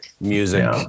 music